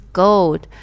gold